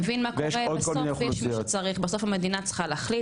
אתה מבין מה קורה בסוף המדינה צריכה להחליט